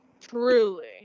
truly